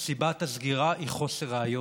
סיבת הסגירה היא חוסר ראיות.